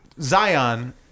Zion